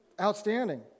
outstanding